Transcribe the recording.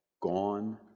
Gone